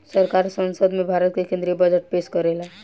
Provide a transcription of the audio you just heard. सरकार संसद में भारत के केद्रीय बजट पेस करेला